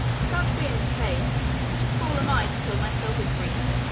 such being the case, what a fool am i to kill myself with grief?